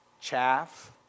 chaff